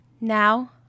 Now